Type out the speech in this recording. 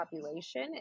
population